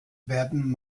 werden